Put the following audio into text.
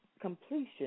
completion